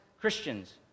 Christians